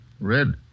Red